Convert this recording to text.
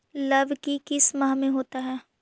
लव की किस माह में होता है?